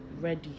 ready